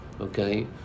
Okay